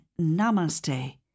Namaste